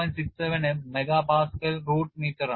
67 MPa root മീറ്ററാണ്